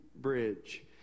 Bridge